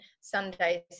Sundays